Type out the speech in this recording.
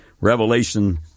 Revelation